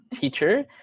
teacher